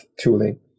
tooling